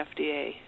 FDA